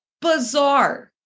bizarre